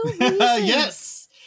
Yes